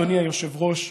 אדוני היושב-ראש,